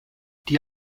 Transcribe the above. die